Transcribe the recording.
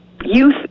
youth